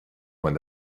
when